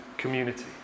Community